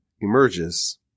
emerges